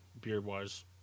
beard-wise